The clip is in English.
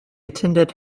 attended